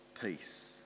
peace